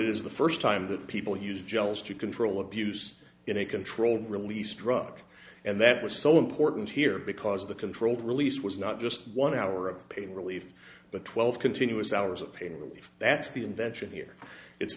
it is the first time that people use gels to control abuse in a controlled release drug and that was so important here because the controlled release was not just one hour of pain relief but twelve continuous hours of pain relief that's the invention here it's